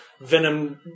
Venom